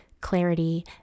clarity